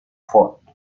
foto